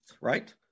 right